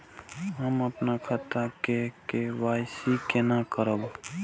हम अपन खाता के के.वाई.सी केना करब?